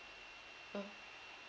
mm